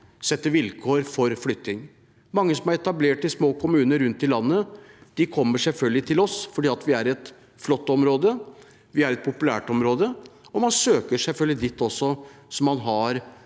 sette vilkår for flytting. Mange som er etablert i små kommuner rundt i landet, kommer selvfølgelig til oss, for det er et flott område, og det er et populært område. Man søker selvfølgelig også dit man har